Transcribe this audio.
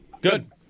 Good